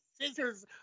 scissors